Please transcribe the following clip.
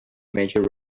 major